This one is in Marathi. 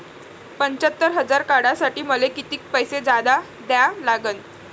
पंच्यात्तर हजार काढासाठी मले कितीक पैसे जादा द्या लागन?